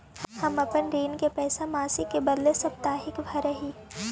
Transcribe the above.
हम अपन ऋण के पैसा मासिक के बदला साप्ताहिक भरअ ही